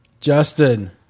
Justin